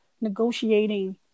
negotiating